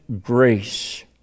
grace